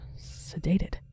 sedated